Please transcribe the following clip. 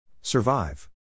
Survive